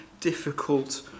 difficult